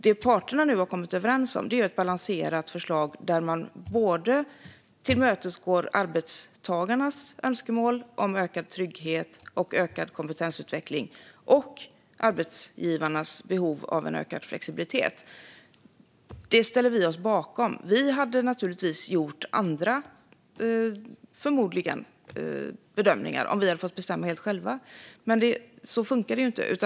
Det som parterna nu har kommit överens om är ett balanserat förslag där både arbetstagarnas önskemål om ökad trygghet och ökad kompetensutveckling och arbetsgivarnas behov av ökad flexibilitet tillmötesgås. Detta ställer vi oss bakom. Vi hade förmodligen gjort andra bedömningar om vi hade fått bestämma helt själva, men så funkar det ju inte.